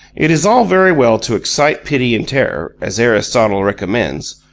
it is all very well to excite pity and terror, as aristotle recommends,